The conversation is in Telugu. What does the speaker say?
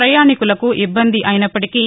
పయాణీకులకు ఇబ్బంది అయినప్పటికీ